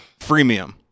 freemium